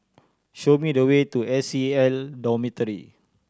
show me the way to S C N Dormitory